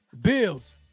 Bills